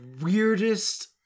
weirdest